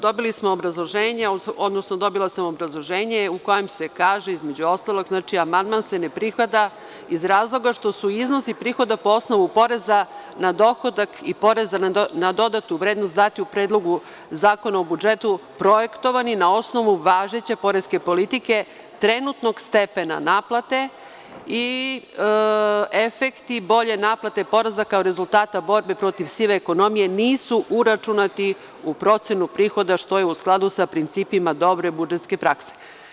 Dobili smo obrazloženje, odnosno dobila sam obrazloženje u kojem se kaže između ostalog – amandman se ne prihvata iz razloga što su iznosi prihoda po osnovu poreza na dohodak i poreza na dodatu vrednost dati u Predlogu zakona o budžetu projektovani na osnovu važeće poreske politike trenutnog stepena naplate i efekti bolje naplate poreza kao rezultata borbe protiv sive ekonomije nisu uračunati u procenu prihoda, što je u skladu sa principima dobre budžetske prakse.